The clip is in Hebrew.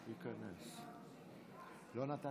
דוד אמסלם, בעד אתה לא קורא